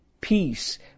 peace